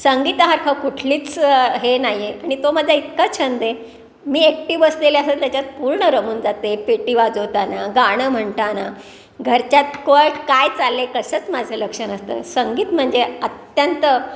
संगीतासारखा कुठलीच हे नाही आहे आणि तो माझा इतका छंद आहे मी एकटी बसलेले असेल त्याच्यात पूर्ण रमून जाते पेटी वाजवताना गाणं म्हणताना घरच्यात क्व काय चाल कसंच माझं लक्ष नसतं संगीत म्हणजे अत्यंत